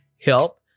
help